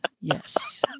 Yes